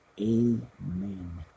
Amen